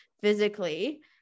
physically